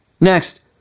Next